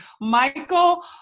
Michael